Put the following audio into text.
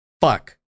fuck